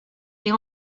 est